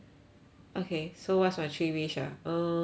okay so what's my three wish ah um